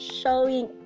showing